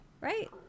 right